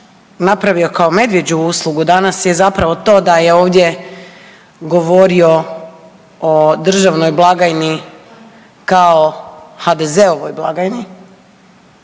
napravio kao medvjeđu uslugu danas je zapravo to da je ovdje govorio o državnoj blagajni kao HDZ-ovoj blagajni